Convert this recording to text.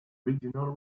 regional